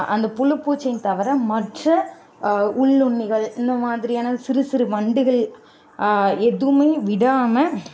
அந்த புழு பூச்சிங்க தவிர மற்ற உள்ளுண்ணிகள் இந்தமாதிரியான சிறு சிறு வண்டுகள் எதுவுமே விடாமல்